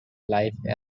live